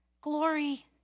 Glory